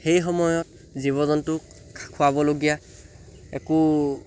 সেই সময়ত জীৱ জন্তুক খুৱাবলগীয়া একো